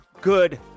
good